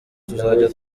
tuzajya